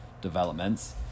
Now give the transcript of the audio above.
developments